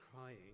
crying